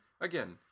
again